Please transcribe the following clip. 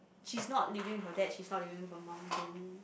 she's not living with her dad she's not living with her mom then